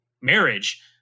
marriage